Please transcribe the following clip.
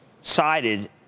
sided